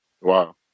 Wow